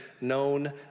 known